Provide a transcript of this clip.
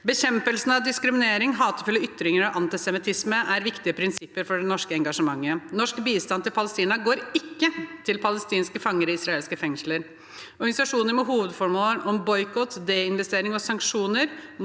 «Bekjempelse av diskriminering, hatefulle ytringer og antisemittisme er viktige prinsipper for det norske engasjementet. Norsk bistand til Palestina går ikke til palestinske fanger i israelske fengsler. Organisasjoner med hovedformål om å boikotte, desinvestere og sanksjonere